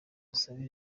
umusaraba